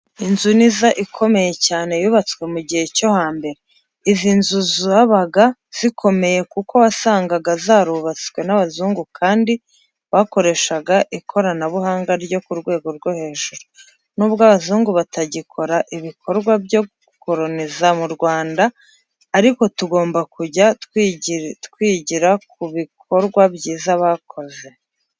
Inzu niza ikomeye cyane yubatswe mu gihe cyo hambere, izi nzu zabaga zikomeye kuko wasangaga zarubatswe n'abazungu kandi bakoreshaga ikoranabuganga ryo ku rwego rwo hejuru. Nubwo abazungu batagikora ibikorwa byo gukoroniza mu Rwanda ariko tugomba kujya twigira ku bikorwa byiza bakoze.